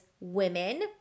women